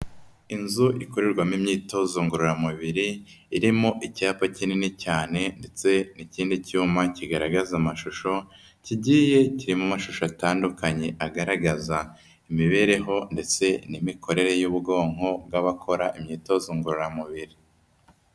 Inzu ikorerwamo imyitozo ngororamubiri, irimo icyapa kinini cyane ndetse n'ikindi cyuma kigaragaza amashusho, kigiye kirimo amashusho atandukanye agaragaza imibereho ndetse n'imikorere y'ubwonko bw'abakora imyitozo ngororamubiri.